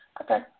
okay